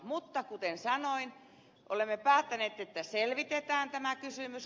mutta kuten sanoin olemme päättäneet että selvitetään tämä kysymys